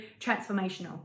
transformational